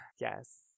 Yes